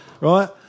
right